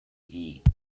eat